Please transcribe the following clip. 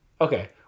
okay